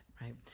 right